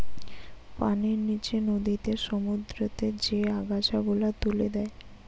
পানির নিচে নদীতে, সমুদ্রতে যে আগাছা গুলা তুলে দে